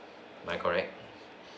am I correct